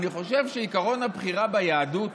אני חושב שעקרון הבחירה ביהדות